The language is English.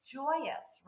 joyous